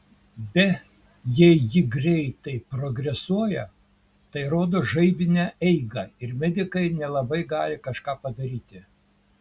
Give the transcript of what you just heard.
be jei ji greitai progresuoja tai rodo žaibinę eigą ir medikai ne labai gali kažką padaryti